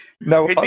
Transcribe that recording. No